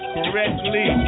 Correctly